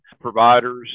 providers